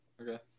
Okay